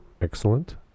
Excellent